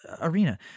arena